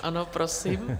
Ano, prosím.